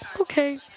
Okay